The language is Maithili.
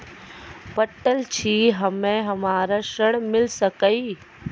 पढल छी हम्मे हमरा ऋण मिल सकई?